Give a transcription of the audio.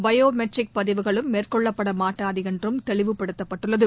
bio matric பதிவுகளும் மேற்கொள்ளப்பட மாட்டாது என்றும் தெளிவுப்படுத்தப்பட்டுள்ளது